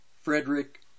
Frederick